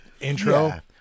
intro